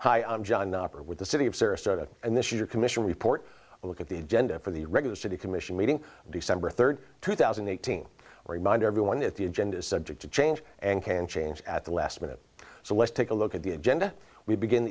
hi i'm john the opera with the city of sarasota and this year commission report a look at the agenda for the regular city commission meeting december third two thousand and eighteen remind everyone that the agenda is subject to change and can change at the last minute so let's take a look at the agenda we begin